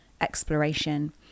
exploration